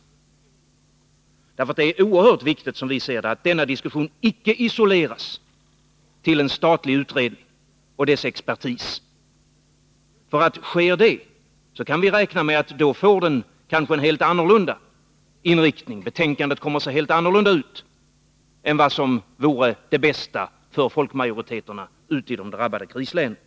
Enligt vår mening är det oerhört viktigt att denna diskussion icke isoleras till en statlig utredning och dess expertis. Sker det, kan vi räkna med att den kanske får en helt annorlunda inriktning — betänkandet kommer att se helt annorlunda ut än vad som vore det bästa för folkmajoriteterna ute i de drabbade krislänen.